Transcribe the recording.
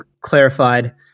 clarified